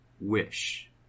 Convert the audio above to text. wish